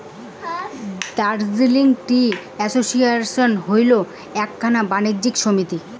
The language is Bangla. দার্জিলিং টি অ্যাসোসিয়েশন হইল এ্যাকনা বাণিজ্য সমিতি